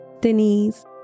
Denise